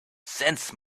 sense